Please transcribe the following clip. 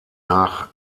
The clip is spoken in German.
nach